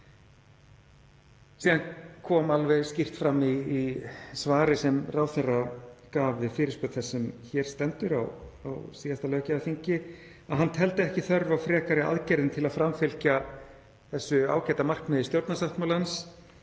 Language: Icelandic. Síðan kom alveg skýrt fram í svari sem ráðherra gaf við fyrirspurn þess sem hér stendur á síðasta löggjafarþingi að hann teldi ekki þörf á frekari aðgerðum til að framfylgja þessu ágæta markmiði stjórnarsáttmálans